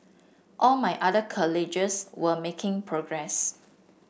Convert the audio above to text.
all my other were making progress